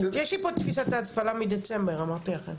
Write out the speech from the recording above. יש לי פה את תפיסת ההפעלה מדצמבר, אמרתי לכם.